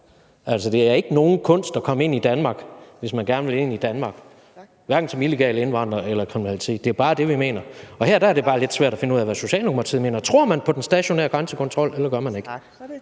Altså, det er ikke nogen kunst at komme ind i Danmark, hvis man gerne vil ind i Danmark, hverken som illegal indvandrer eller for at begå kriminalitet. Det er jo bare det, vi mener, og her er det bare lidt svært at finde ud af, hvad Socialdemokratiet mener. (Fjerde næstformand (Trine Torp):Tak). Tror man på den stationære grænsekontrol, eller gør man ikke?